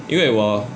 因为我